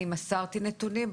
אני מסרתי נתונים,